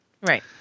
Right